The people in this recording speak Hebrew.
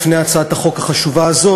לפני הצעת החוק החשובה הזאת,